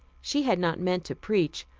she had not meant to preach,